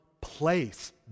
place